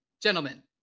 Gentlemen